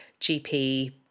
GP